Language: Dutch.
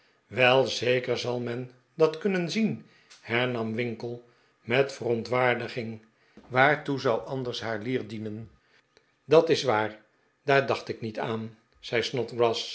wel zeker zal men dat kunnen zien hernam winkle met verontwaardiging waartoe zou anders haar lier dienen dat is waar daar dacht ik niet aan